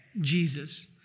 Jesus